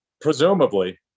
Presumably